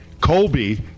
Colby –